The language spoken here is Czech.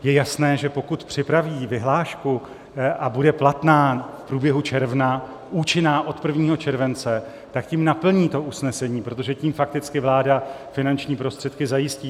Je jasné, že pokud připraví vyhlášku a bude platná v průběhu června, účinná od 1. července, tak tím naplní to usnesení, protože tím fakticky vláda finanční prostředky zajistí.